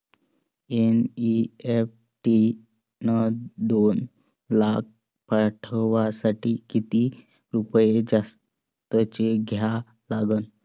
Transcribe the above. NEFT न दोन लाख पाठवासाठी किती रुपये जास्तचे द्या लागन?